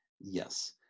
Yes